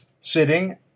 sitting